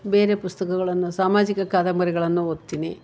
ಬೇರೆ ಪುಸ್ತಕಗಳನ್ನ ಸಾಮಾಜಿಕ ಕಾದಂಬರಿಗಳನ್ನ ಓದ್ತೀನಿ